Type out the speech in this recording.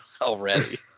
already